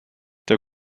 der